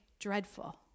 dreadful